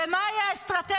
ומה היא האסטרטגיה?